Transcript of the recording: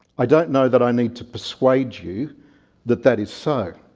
i don't know that i need to persuade you that that is so.